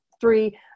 three